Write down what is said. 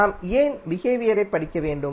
நாம் ஏன் பிஹேவியரைப் படிக்க வேண்டும்